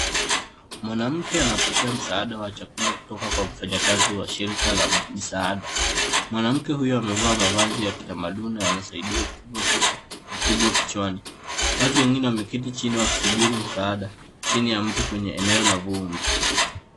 Mwanamke anapokea msaada wa chakula kutoka kwa mfanyikazi wa shirika la msaada. Mwanamke huyu amevaa mavazi ya kitamaduni na anasaidia kutoa mfuko kichwani. Watu wengine wameketi chini wakisubiri msaada chini ya mti kwenye eneo la vumbi.